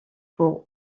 pour